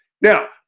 Now